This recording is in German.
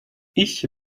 ich